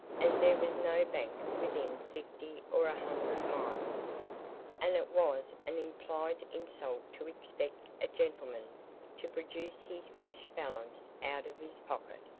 as there was no bank within fifty or a hundred miles and it was an implied insult to expect a gentleman to produce his cash balance out of his pocket.